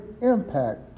impact